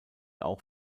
auch